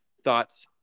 Thoughts